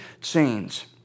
change